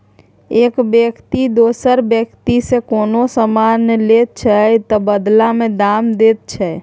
एक बेकती दोसर बेकतीसँ कोनो समान लैत छै तअ बदला मे दाम दैत छै